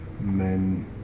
men